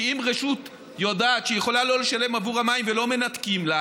כי אם רשות יודעת שהיא יכולה לא לשלם עבור המים ולא מנתקים לה,